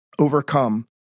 overcome